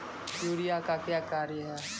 Urea का क्या कार्य हैं?